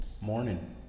morning